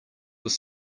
was